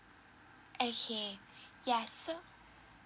okay ya so